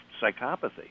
psychopathy